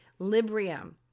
Librium